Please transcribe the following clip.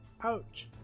Ouch